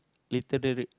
literar~